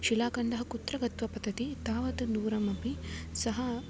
शिलाखण्डः कुत्र गत्वा पतति तावत् दूरमपि सः